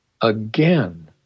again